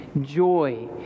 joy